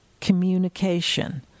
communication